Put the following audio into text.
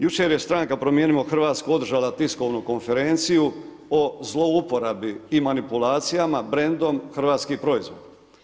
Jučer je stranka Promijenimo Hrvatsku održala tiskovnu konferenciju o zlouporabi i manipulacijama brendom hrvatskih proizvoda.